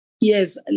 yes